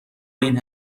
این